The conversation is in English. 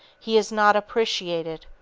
he is not appreciated,